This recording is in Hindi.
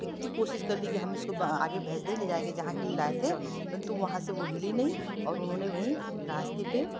कोशिश कर लिए हम इसको आगे भेज दें ले जाएँ जहाँ के लिए लाए थे परन्तु वो वहाँ से हिली नहीं और उन्होंने वहीं रास्ते पर